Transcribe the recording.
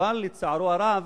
אבל לצערו הרב